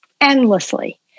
endlessly